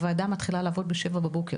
הוועדה מתחילה לעבוד בשבע בבוקר